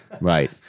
Right